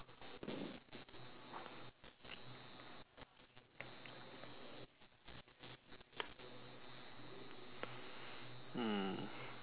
hmm